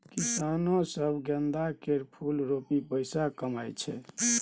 किसानो सब गेंदा केर फुल रोपि पैसा कमाइ छै